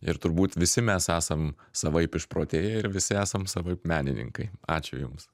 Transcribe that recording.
ir turbūt visi mes esam savaip išprotėję ir visi esam savaip menininkai ačiū jums